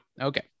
Okay